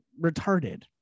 retarded